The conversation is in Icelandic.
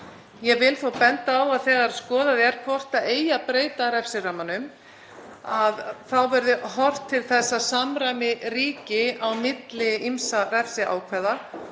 Ég vil þó benda á að þegar skoðað er hvort eigi að breyta refsirammanum þá verði horft til þess að samræmi ríki á milli ýmsa refsiákvæða